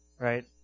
right